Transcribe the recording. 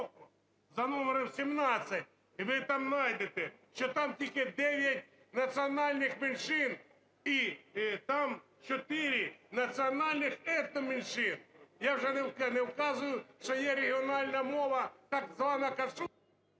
за номером 17, і ви там найдете, що там тільки 9 національних меншин, і там 4 національнихетноменшини. Я вже не вказую, що є регіональна мова так звана…